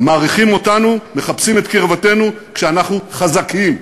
מעריכים אותנו, מחפשים את קרבתנו, כשאנחנו חזקים,